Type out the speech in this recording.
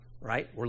right